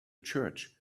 church